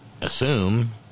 assume